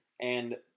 And-